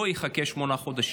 לא יחכה שמונה חודשים,